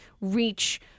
reach